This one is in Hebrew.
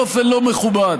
באופן לא מכובד.